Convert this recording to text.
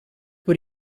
por